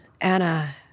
Anna